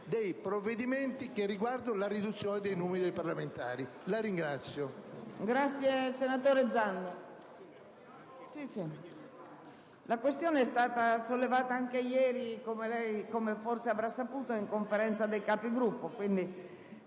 dei provvedimenti che riguardano la riduzione del numero dei parlamentari. *(Applausi